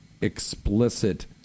explicit